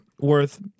worth